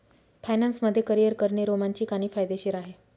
finance मध्ये career करणे रोमांचित आणि फायदेशीर आहे